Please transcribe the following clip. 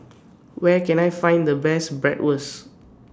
Where Can I Find The Best Bratwurst